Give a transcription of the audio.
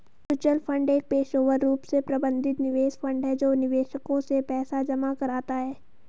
mutual fund एक पेशेवर रूप से प्रबंधित निवेश फंड है जो निवेशकों से पैसा जमा कराता है